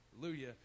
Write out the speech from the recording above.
hallelujah